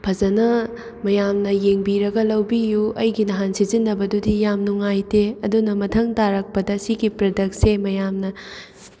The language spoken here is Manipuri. ꯐꯖꯅ ꯃꯌꯥꯝꯅ ꯌꯦꯡꯕꯤꯔꯒ ꯂꯧꯕꯤꯌꯨ ꯑꯩꯒꯤ ꯅꯍꯥꯟ ꯁꯤꯖꯤꯟꯅꯕꯗꯨꯗꯤ ꯌꯥꯝ ꯅꯨꯡꯉꯥꯏꯇꯦ ꯑꯗꯨꯅ ꯃꯊꯪ ꯇꯥꯔꯛꯄꯗ ꯁꯤꯒꯤ ꯄ꯭ꯔꯗꯛꯁꯦ ꯃꯌꯥꯝꯅ